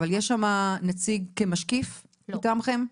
אבל יש שם נציג כמשקיף מטעמכם?